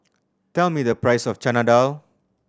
tell me the price of Chana Dal